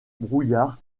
brouillard